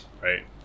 right